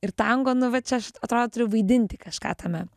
ir tango nu va čia aš atro turiu vaidinti kažką tame